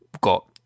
got